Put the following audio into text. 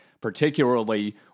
particularly